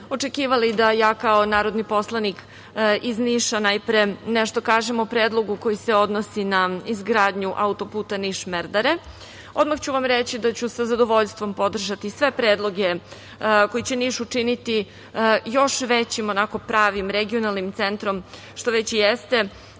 očekivali da ja kao narodni poslanik iz Niša najpre nešto kažem o predlogu koji se odnosi na izgradnju auto-puta Niš-Merdare. Odmah ću vam reći da ću sa zadovoljstvom podržati sve predloge koji će Niš učiniti još većim, pravim regionalnim centrom, što već i jeste,